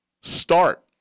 start